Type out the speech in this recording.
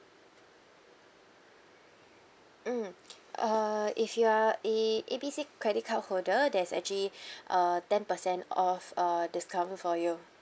mm uh if you are a A B C credit card holder there's actually uh ten percent off uh discount for you